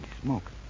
smoke